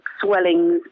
swellings